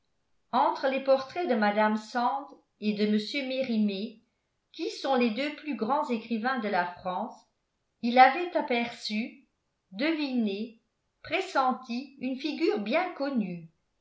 entre les portraits de mme sand et de mr mérimée qui sont les deux plus grands écrivains de la france il avait aperçu deviné pressenti une figure bien connue